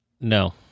No